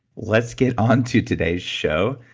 let's get onto today's show.